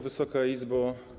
Wysoka Izbo!